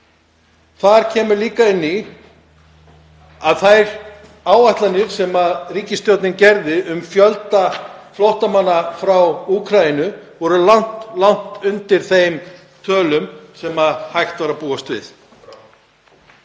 þar kemur líka inn í að þær áætlanir sem ríkisstjórnin gerði um fjölda flóttamanna frá Úkraínu voru langt undir þeim tölum sem hægt var að búast við.